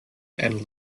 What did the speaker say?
and